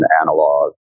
analog